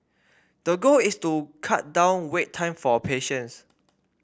the goal is to cut down wait time for patients